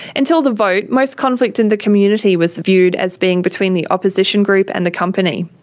until the vote, most conflict in the community was viewed as being between the opposition group and the company.